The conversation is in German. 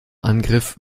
angriff